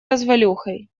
развалюхой